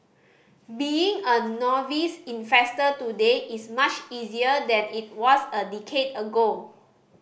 being a novice investor today is much easier than it was a decade ago